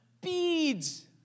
Beads